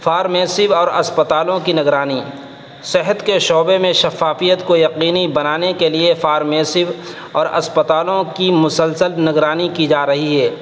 فارمیسوں اور اسپتالوں کی نگرانی صحت کے شعبے میں شفافیت کو یقینی بنانے کے لیے فارمیسوں اور اسپتالوں کی مسلسل نگرانی کی جا رہی ہے